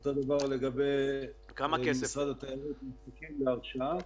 אותו דבר לגבי משרד התיירות, מחכים להרשאה.